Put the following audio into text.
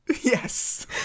Yes